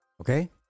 Okay